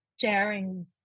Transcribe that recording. sharing